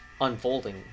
unfolding